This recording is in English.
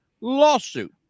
lawsuit